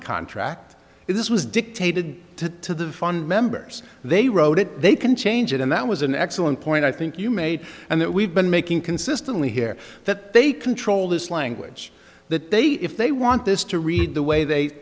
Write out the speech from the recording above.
a contract if this was dictated to to the fund members they wrote it they can change it and that was an excellent point i think you made and that we've been making consistently here that they control this language that they say if they want this to read the way they